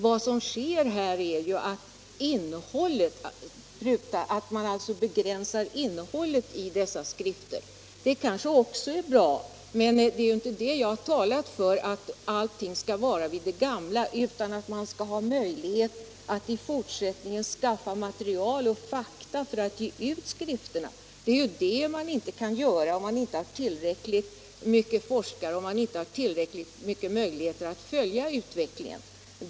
Vad som sker är nu att man begränsar innehållet i dessa skrifter. Det kanske också är bra, och jag har heller inte talat för att allt skall vara vid det gamla. Men man skall ha möjlighet att i fortsättningen skaffa material och fakta för att ge ut skrifterna. Det är detta som man inte kan göra om man inte har tillräckligt med forskare, om man inte har tillräckliga möjligheter att följa utvecklingen.